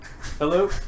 Hello